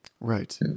Right